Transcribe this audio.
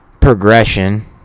progression